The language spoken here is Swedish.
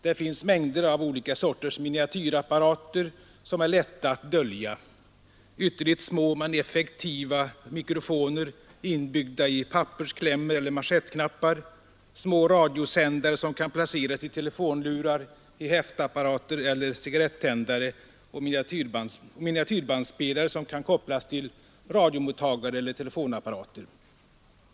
Det finns mängder av olika sorters miniatyrapparater som är lätta att dölja: ytterligt små men effektiva mikrofoner inbyggda i pappersklämmor eller manschettknappar, små radiosändare som kan placeras i telefonlurar, i häftapparater eller i cigarrettändare samt miniatyrbandspelare som kan kopplas till radiomottagare eller telefonapparater.